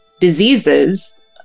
diseases